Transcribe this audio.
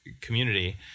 community